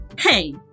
Hey